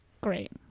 Great